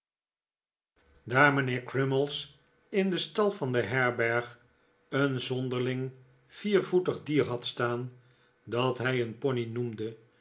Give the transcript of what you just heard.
daar mijnheer crummies in den stal van de herberg een zonderling viervoetig dier had staan dat hij een pony noemde